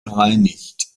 gereinigt